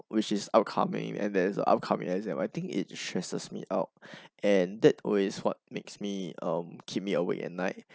which is upcoming and there is an upcoming exam and I think it stresses me out and that is what makes me um keep me awake at night